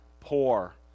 poor